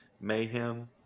Mayhem